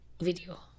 video